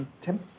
Tim